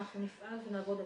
ואנחנו נפעל ונעבוד,